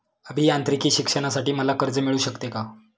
अभियांत्रिकी शिक्षणासाठी मला कर्ज मिळू शकते का?